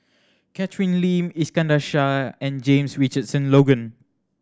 Catherine Lim Iskandar Shah and James Richardson Logan